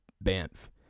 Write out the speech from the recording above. Banff